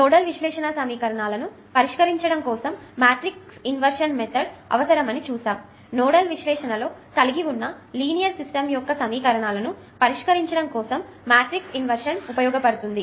nodal విశ్లేషణ సమీకరణాలను పరిష్కరించడం కోసం మాట్రిక్స్ ఇన్వర్షన్ అవసరం అని చూసాము నోడల్ విశ్లేషణలో కలిగివున్న లినియర్ సిస్టం యొక్క సమీకరణాలను పరిష్కరించడం కొరకు మాట్రిక్స్ ఇన్వర్షన్ ఉపయోగపడుతుంది